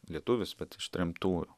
lietuvis bet ištremtų